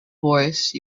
voice